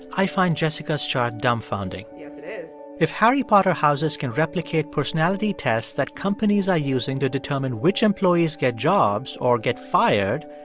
i find jessica's chart dumbfounding yes, it is if harry potter houses can replicate personality tests that companies are using to determine which employees get jobs or get fired,